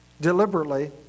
deliberately